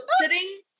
sitting